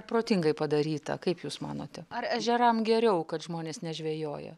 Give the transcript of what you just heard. protingai padaryta kaip jūs manote ar ežeram geriau kad žmonės nežvejoja